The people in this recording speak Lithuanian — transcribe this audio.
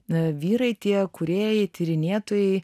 vyrai tie kūrėjai tyrinėtojai